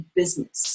business